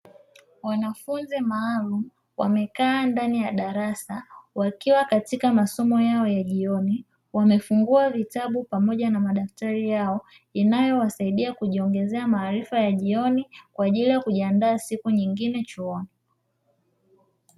Wanafunzi maalumu wamekaa ndani ya darasa, wakiwa katika masomo yao ya jioni. Wamefungua vitabu pamoja madaftari yao, inayowasaidia kujiongezea maarifa ya jioni kwa ajili ya kujiandaa siku nyingine chuoni.